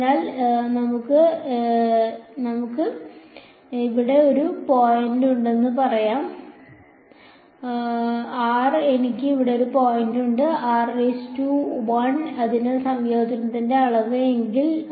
അതിനാൽ ഇത് നമുക്ക് ഇവിടെ ഒരു പോയിന്റ് ഉണ്ടെന്ന് പറയാം r എനിക്ക് ഇവിടെ ഒരു പോയിന്റ് ഉണ്ട് r അതിനാൽ സംയോജനത്തിന്റെ അളവ് എങ്കിൽ